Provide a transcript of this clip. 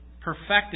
perfected